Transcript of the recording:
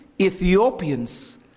Ethiopians